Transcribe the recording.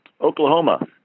Oklahoma